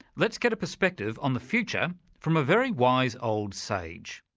let's get a perspective on the future from a very wise, old sage.